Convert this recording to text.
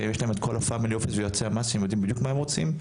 שיש להם את כל הפאמלי אופיס ויועצי המס והם יודעים בדיוק מה הם רוצים,